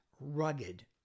rugged